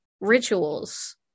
rituals